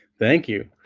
thank you